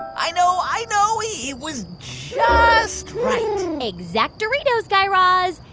i know. i know. it was just right exact-oritos, guy raz.